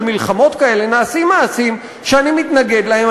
מלחמות כאלה נעשים מעשים שאני מתנגד להם,